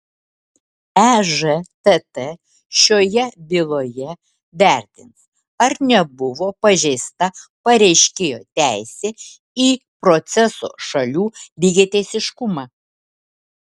ežtt šioje byloje vertins ar nebuvo pažeista pareiškėjo teisė į proceso šalių lygiateisiškumą